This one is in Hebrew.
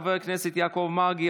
חברי הכנסת יעקב מרגי,